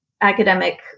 academic